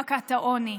למכת העוני,